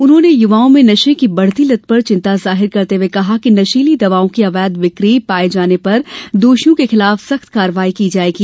उन्होंने युवाओं में नशे की बढ़ती लत पर चिंता जाहिर करते हुए कहा कि नशीली दवाओं की अवैध बिकी पाये जाने पर दोषियों के खिलाफ सख्त कार्यवाही की जायेगी